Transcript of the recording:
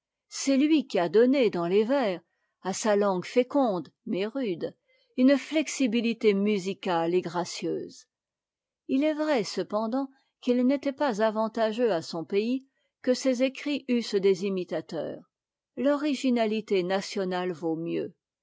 c'est lui qui a donné dans les vers à sa langue féconde mais rude une flexibilité musicale et gracieuse il est vrai cependant qu'il n'était pas avantageux à son pays que ses écrits eussent des imitateurs l'originalité nationale vaut mieux